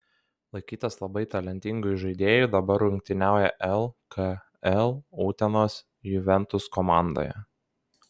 laikytas labai talentingu įžaidėju dabar rungtyniauja lkl utenos juventus komandoje